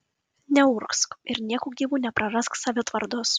neurgzk ir nieku gyvu neprarask savitvardos